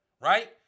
Right